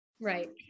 Right